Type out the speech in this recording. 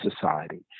society